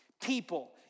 people